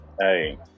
hey